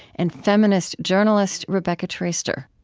and feminist journalist rebecca traister